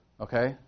okay